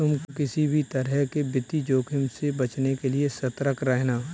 तुम किसी भी तरह के वित्तीय जोखिम से बचने के लिए सतर्क रहना